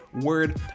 word